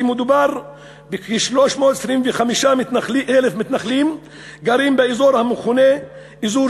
מדובר בכ-325,000 מתנחלים הגרים באזור המכונה אזור